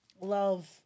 Love